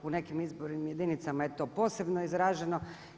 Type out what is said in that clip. U nekim izbornim jedinicama je to posebno izraženo.